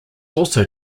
also